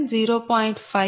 5 0